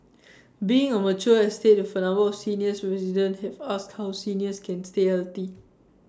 being A mature estate with A number of seniors residents have asked how seniors can stay healthy